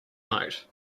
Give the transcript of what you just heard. note